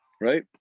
Right